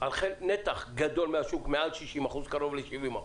על נתח גדול מהשוק, קרוב ל-70%,